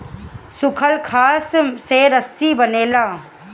सूखल घास से रस्सी बनेला